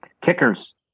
kickers